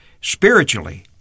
spiritually